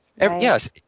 Yes